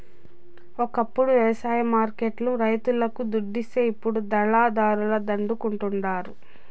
ఒకప్పుడు వ్యవసాయ మార్కెట్ లు రైతులకు దుడ్డిస్తే ఇప్పుడు దళారుల దండుకుంటండారు